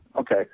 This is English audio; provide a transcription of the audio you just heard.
Okay